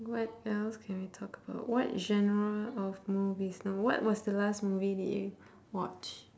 what else can we talk about what genre of movies no what was the last movie did you watch